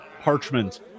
parchment